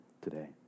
today